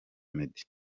meddy